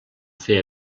fer